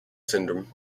syndrome